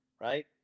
Right